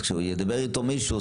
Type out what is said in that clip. אז כשידבר איתו מישהו,